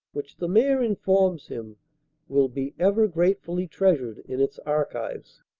which the mayor informs him will be ever gratefully treasured in its archives.